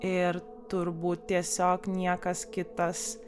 ir turbūt tiesiog niekas kitas